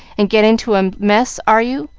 and get into a mess, are you?